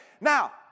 now